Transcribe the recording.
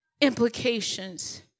implications